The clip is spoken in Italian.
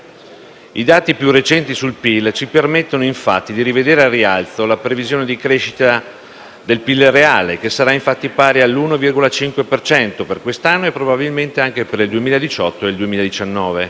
I dati più recenti sul PIL ci permettono infatti di rivedere al rialzo la previsione di crescita del PIL reale, che sarà pari all'1,5 per cento per quest'anno e, probabilmente, anche per il 2018 e il 2019.